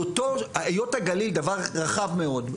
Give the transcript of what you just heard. היות הגליל דבר רחב מאוד,